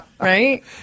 right